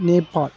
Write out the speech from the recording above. Nepal